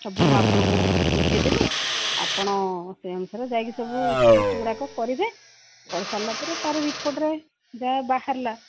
ସବୁ ମୁଁ ଆପଣଙ୍କୁ ବୁଝାଇଦେବି ଆପଣ ସେ ଅନୁସାରେ ଯାଇକି ସବୁ ଟେଷ୍ଟ ଗୁଡ଼ାକ କରିବେ କରି ସରିଲା ପରେ ତାର ରିପୋର୍ଟରେ ଯାହା ବାହାରିଲା